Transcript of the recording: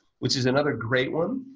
which is another great one.